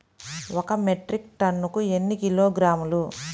ఒక మెట్రిక్ టన్నుకు ఎన్ని కిలోగ్రాములు?